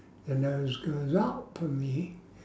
the nose goes up and the